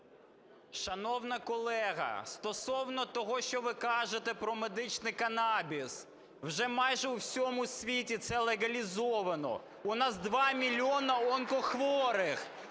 Шановна колега, стосовно того, що ви кажете про медичний канабіс. Вже майже у всьому світі це легалізовано. У нас 2 мільйони онкохворих